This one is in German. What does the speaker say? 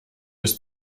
bis